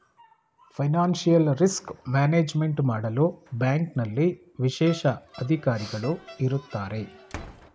financial risk management ಮಾಡಲು ಬ್ಯಾಂಕ್ನಲ್ಲಿ ವಿಶೇಷ ಅಧಿಕಾರಿಗಳು ಇರತ್ತಾರೆ